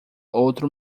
outro